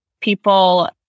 people